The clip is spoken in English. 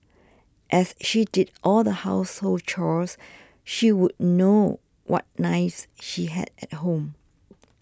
as she did all the household chores she would know what knives he had at home